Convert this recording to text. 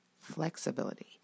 flexibility